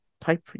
Type